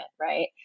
right